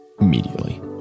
immediately